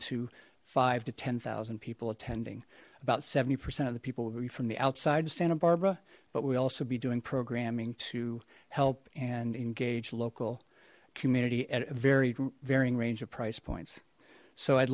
to five to ten thousand people attending about seventy percent of the people will be from the outside of santa barbara but we also be doing programming to help and engage local community at a very varying range of price points so i'd